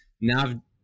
Now